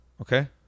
Okay